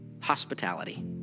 hospitality